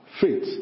faith